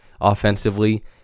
Offensively